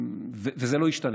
וזה לא ישתנה.